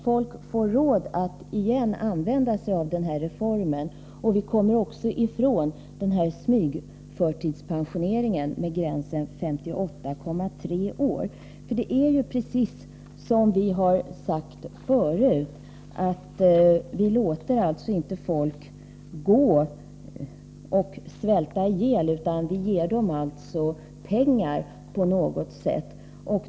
Folk får på nytt råd att utnyttja reformen och vi kommer ifrån smygförtidspensioneringen vid 58,3 år. Som det har sagts förut, låter vi inte folk svälta ihjäl, utan vi ger dem pengar på något sätt.